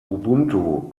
ubuntu